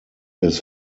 his